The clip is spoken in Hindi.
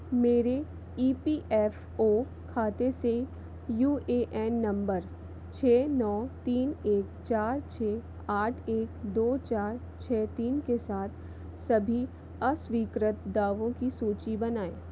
मेरे ई पी एफ ओ खाते से यू ए एन नंबर छः नौ तीन एक चार छः आठ एक दो चार छः तीन के साथ सभी अस्वीकृत दावों की सूची बनाएँ